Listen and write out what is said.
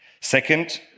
Second